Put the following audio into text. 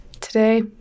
today